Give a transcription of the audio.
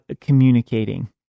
communicating